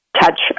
touch